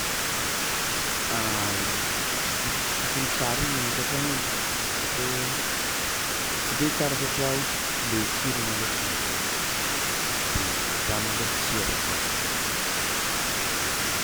Tsy d- tsy tokony tsara ai magnamboàtra hena satria tsy de tsara satria o le tsirony aloha tsy mitovy de za malôha tsia raha za no izy.